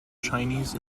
chinese